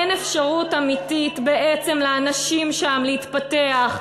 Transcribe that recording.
אין אפשרות אמיתית בעצם לאנשים שם להתפתח,